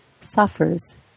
suffers